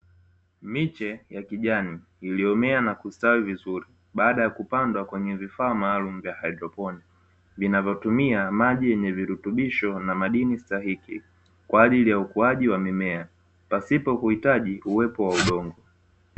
Miche ya kijani iliyomea na kustawi vizuri, baada ya kupandwa kwenye vifaa maalumu vya haidroponi, vinavyotumia maji yenye virutubisho na madini stahiki kwa ajili ya ukuaji wa mimea, pasipo kuhitaji uwepo wa udongo.